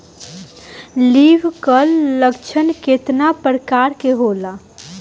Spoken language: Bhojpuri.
लीफ कल लक्षण केतना परकार के होला?